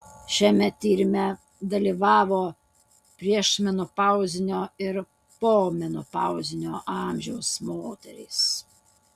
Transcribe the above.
šiame tyrime dalyvavo priešmenopauzinio ir pomenopauzinio amžiaus moterys